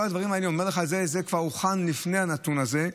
כל הדברים שאני אומר לך הוכנו לפני הנתון הזה,